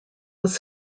was